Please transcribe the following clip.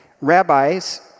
Rabbis